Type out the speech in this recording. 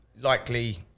likely